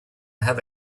have